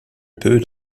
peut